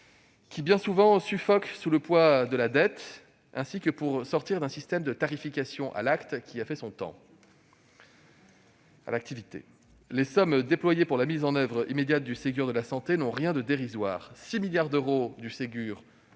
qui, bien souvent, suffoquent sous le poids de la dette, et pour sortir d'un système de tarification à l'activité qui a fait son temps. Les sommes déployées pour la mise en oeuvre immédiate du Ségur de la santé n'ont rien de dérisoire : 6 milliards d'euros du Ségur